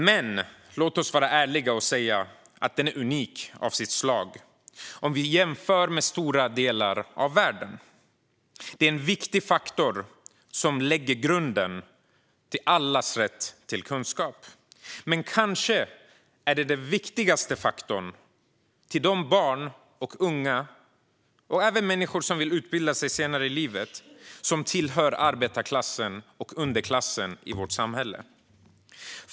Men låt oss vara ärliga och säga att det är unikt i sitt slag om vi jämför med stora delar av världen. Det är en viktig faktor som lägger grunden till allas rätt till kunskap. Men kanske är det den viktigaste faktorn för de barn och unga som tillhör arbetarklassen och underklassen i vårt samhälle och även för de människor som kanske vill utbilda sig senare i livet.